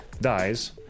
dies